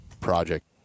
project